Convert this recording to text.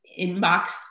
inbox